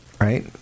right